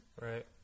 Right